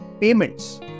payments